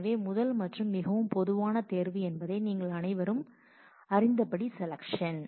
எனவே முதல் மற்றும் மிகவும் பொதுவான தேர்வு என்பது நீங்கள் அனைவரும் அறிந்தபடி செலக்ஷன்